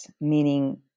meaning